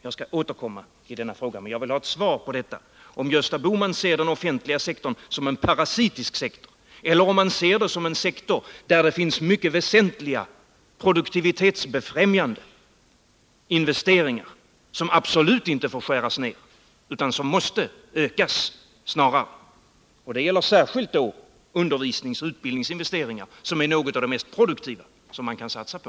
Jag skall återkomma i denna fråga, men jag vill ha ett svar på om Gösta Bohman ser den offentliga sektorn som en parasitisk sektor eller om han ser den som en sektor med mycket väsentliga produktivitetsbefrämjande investeringar som absolut inte får skäras ner utan snarare måste ökas. Det gäller särskilt undervisningsoch utbildningsinvesteringar, som är något av det mest produktiva man kan satsa på.